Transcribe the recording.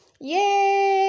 yay